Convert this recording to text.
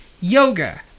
Yoga